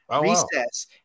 Recess